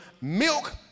milk